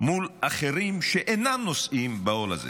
מול אחרים שאינם נושאים בעול הזה.